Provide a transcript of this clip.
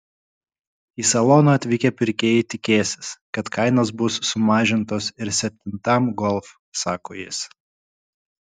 į saloną atvykę pirkėjai tikėsis kad kainos bus sumažintos ir septintam golf sako jis